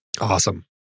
Awesome